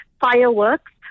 fireworks